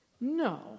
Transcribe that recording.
No